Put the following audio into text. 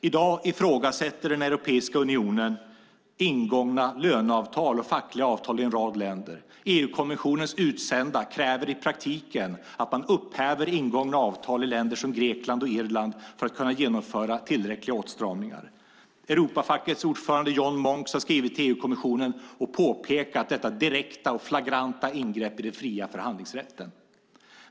I dag ifrågasätter Europeiska unionen ingångna löneavtal och fackliga avtal i en rad länder. EU-kommissionens utsända kräver i praktiken att man upphäver ingångna avtal i länder som Grekland och Irland för att kunna genomföra tillräckliga åtstramningar. Europafackets ordförande John Monks har skrivit till EU-kommissionen och påpekat detta direkta och flagranta ingrepp i den fria förhandlingsrätten.